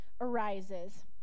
arises